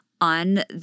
on